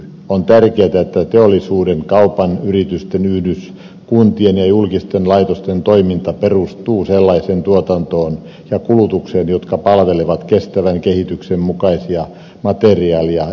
on tärkeätä että teollisuuden kaupan yritysten yhdyskuntien ja julkisten laitosten toiminta perustuu sellaiseen tuotantoon ja kulutukseen jotka palvelevat kestävän kehityksen mukaisia materiaali ja energiavirtoja